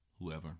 whoever